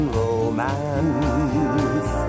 romance